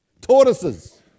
tortoises